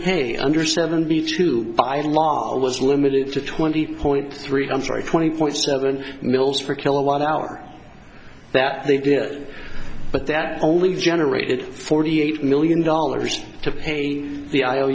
pay under seventy two by law was limited to twenty point three hundred twenty point seven mills for kilowatt hour that they did but that only generated forty eight million dollars to pay the